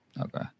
Okay